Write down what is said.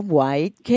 White